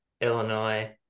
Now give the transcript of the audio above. Illinois